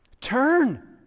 turn